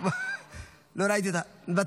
מוותרת?